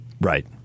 Right